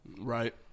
Right